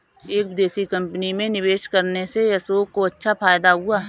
एक विदेशी कंपनी में निवेश करने से अशोक को अच्छा फायदा हुआ